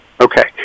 Okay